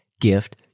gift